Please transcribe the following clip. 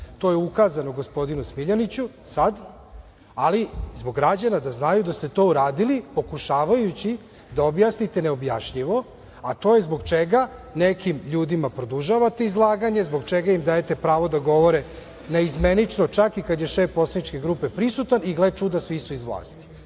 To je ukazano gospodinu Smiljaniću sad, ali, zbog građana da znaju, da ste to uradili pokušavajući da objasniti neobjašnjivo, a to je zbog čega nekim ljudima produžavate izlaganje, zbog čega im dajete pravo da govore naizmenično, čak i kada je šef poslaničke grupe prisutan i, gle čuda, svi su iz vlasti. Tako